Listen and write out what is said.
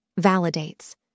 validates